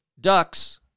Ducks